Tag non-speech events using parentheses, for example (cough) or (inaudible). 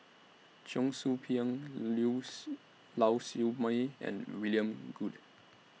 Cheong Soo Pieng (unintelligible) Lau Siew Mei and William Goode